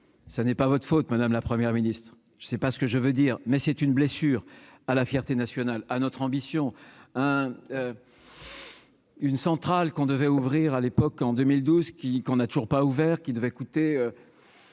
ça n'est pas votre faute Madame la première ministre je sais pas ce que je veux dire, mais c'est une blessure à la fierté nationale à notre ambition, hein, une centrale qu'on devait ouvrir à l'époque, en 2012 qui qu'on a toujours pas ouvert qui devait coûter